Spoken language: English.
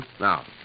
Now